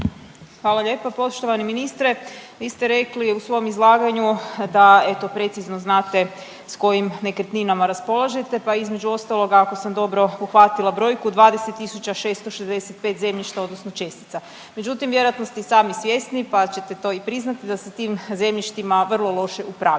Hvala lijepa. Poštovani ministre vi ste rekli u svom izlaganju da eto precizno znate s kojim nekretninama raspolažete pa između ostaloga ako sam dobro uhvatila brojku, 20.665 zemljišta odnosno čestica. Međutim vjerojatno ste i sami svjesni pa ćete to i priznati da se tim zemljištima vrlo loše upravlja.